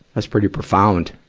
that's pretty profound.